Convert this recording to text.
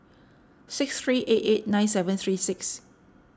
six three eight eight nine seven three six